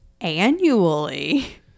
annually